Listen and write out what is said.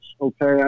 okay